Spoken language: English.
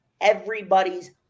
everybody's